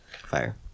Fire